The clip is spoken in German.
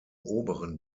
oberen